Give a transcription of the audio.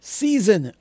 season